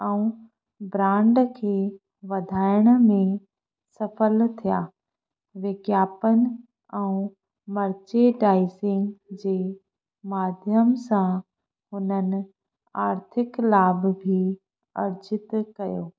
ऐं ब्रांड खे वधाइण में सफ़ल थिया विज्ञापन ऐं मर्चेडाइसिंग जे माध्यम सां उन्हनि आर्थिक लाभ बि अर्जितु कयो